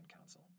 Council